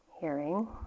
hearing